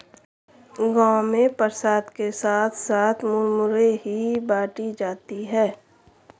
गांव में प्रसाद के साथ साथ मुरमुरे ही बाटी जाती है